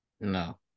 no